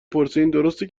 پرسین؟ درسته